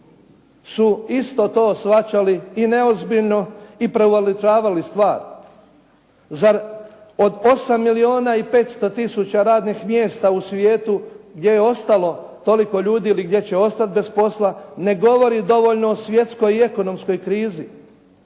su isto to shvaćali i neozbiljno i preuveličavali stvar. Zar od 8 milijona i 500 tisuća radnih mjesta u svijetu, gdje je ostalo toliko ljudi ili gdje će ostati bez posla, ne govori dovoljno o svjetskoj i ekonomskoj krizi?